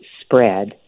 spread